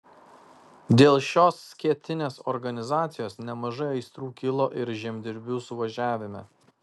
dėl šios skėtinės organizacijos nemažai aistrų kilo ir žemdirbių suvažiavime